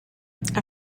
after